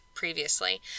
previously